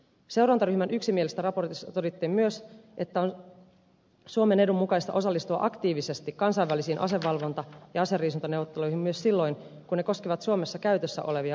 seurantaryhmän yksimielisessä raportissa todettiin myös että on suomen edun mukaista osallistua aktiivisesti kansainvälisiin asevalvonta ja aseriisuntaneuvotteluihin myös silloin kun ne koskevat suomessa käytössä olevia asejärjestelmiä